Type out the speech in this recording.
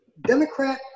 Democrat